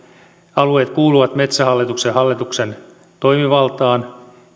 alueet kuuluvat metsähallituksen hallituksen toimivaltaan